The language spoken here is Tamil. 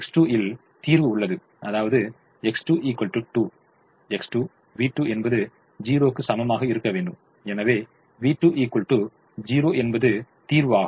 X2 ல் தீர்வு உள்ளது அதாவது X2 2 X2v2 என்பது 0 க்கு சமமாக இருக்க வேண்டும் எனவே v2 0 என்பது தீர்வாகும்